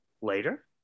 later